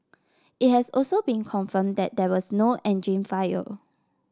it has also been confirmed that there was no engine fire